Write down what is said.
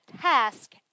task